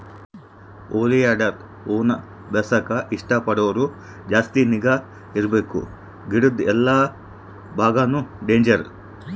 oleander ಹೂವಾನ ಬೆಳೆಸಾಕ ಇಷ್ಟ ಪಡೋರು ಜಾಸ್ತಿ ನಿಗಾ ಇರ್ಬಕು ಗಿಡುದ್ ಎಲ್ಲಾ ಬಾಗಾನು ಡೇಂಜರ್